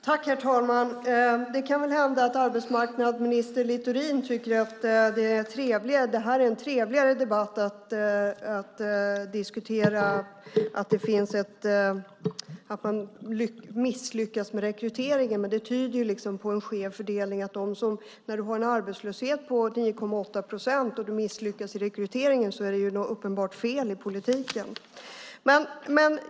Herr talman! Det kan hända att arbetsmarknadsminister Littorin tycker att det är trevligare att diskutera att man misslyckas med rekryteringen. Men det tyder på en skev fördelning. När du har en arbetslöshet på 9,8 procent och misslyckas med rekryteringen är det uppenbart något fel i politiken.